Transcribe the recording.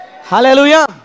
Hallelujah